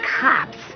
Cops